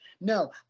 No